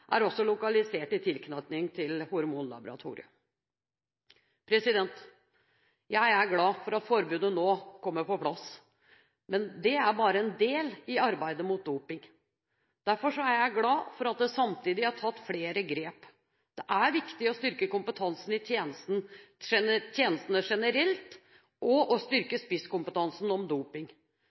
er også lokalisert i tilknytning til Hormonlaboratoriet. Jeg er glad for at forbudet nå kommer på plass, men det er bare en del av arbeidet mot doping. Derfor er jeg glad for at det samtidig er tatt flere grep. Det er viktig å styrke kompetansen i tjenestene generelt, og å styrke spisskompetansen om doping.